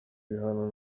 bihano